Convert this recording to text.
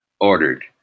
ordered